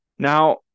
Now